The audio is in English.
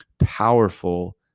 powerful